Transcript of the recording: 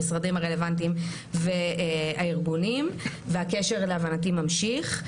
המשרדים הרלוונטיים והארגונים והקשר להבנתי ממשיך.